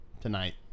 Tonight